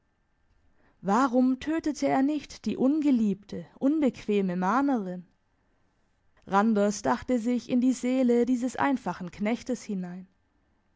warum tötete er nicht die ungeliebte unbequeme mahnerin randers dachte sich in die seele dieses einfachen knechtes hinein